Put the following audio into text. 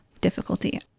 difficulty